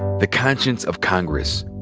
the conscience of congress.